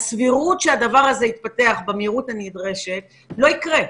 הסבירות שהדבר הזה יתפתח במהירות הנדרשת לא תקרה.